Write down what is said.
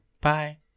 Bye